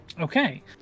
Okay